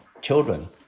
children